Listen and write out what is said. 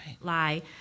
lie